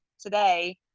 today